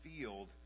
field